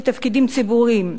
לתפקידים ציבוריים.